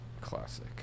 classic